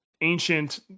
ancient